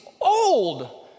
old